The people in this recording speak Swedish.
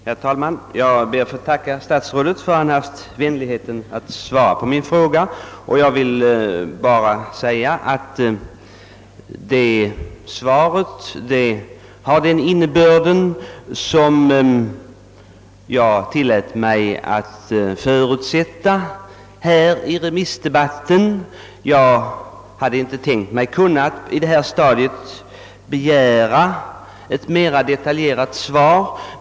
Herr talman! Jag ber att få tacka statsrådet för att han haft vänligheten att svara på min fråga. Svaret hade ju den innebörd som jag tillät mig förutsätta här i remissdebatten och jag hade inte heller på detta stadium tänkt begära ett mera detaljerat svar.